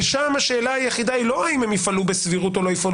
ושם השאלה היחידה לא האם יפעלו בסבירות או לא.